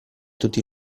tutti